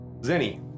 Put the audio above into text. Zenny